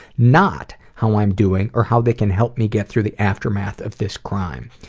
not how i'm doing or how they can help me get through the aftermath of this crime.